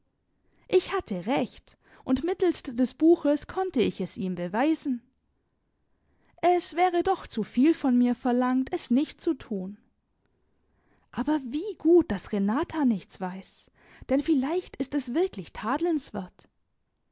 ich hatte recht und mittelst des buches konnte ich es ihm beweisen es wäre doch zu viel von mir verlangt es nicht zu tun aber wie gut daß renata nichts weiß denn vielleicht ist es wirklich